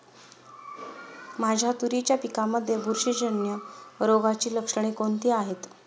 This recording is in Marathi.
माझ्या तुरीच्या पिकामध्ये बुरशीजन्य रोगाची लक्षणे कोणती आहेत?